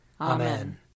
Amen